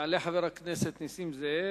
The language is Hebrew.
יעלה חבר הכנסת נסים זאב,